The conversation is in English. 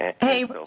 Hey